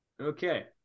Okay